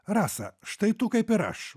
rasa štai tu kaip ir aš